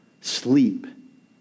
Sleep